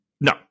No